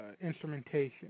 instrumentation